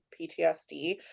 PTSD